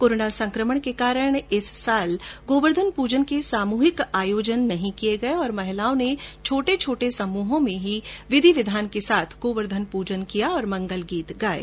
corona संक्रमण के कारण इस साल गोवर्धन पूजन के सामूहिक आयोजन नहीं किये गये और महिलाओं ने छोटे समूहों में विधि विधान के साथ गोवर्धन पूजन किया और मंगल गीत गाये